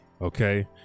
Okay